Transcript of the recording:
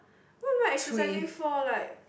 what am i exercising for like